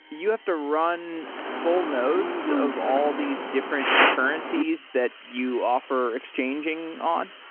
you have to run full nodes of all these different currencies that you offer exchanging on?